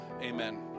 Amen